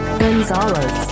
gonzalez